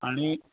आणि